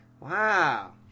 Wow